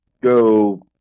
Go